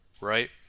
right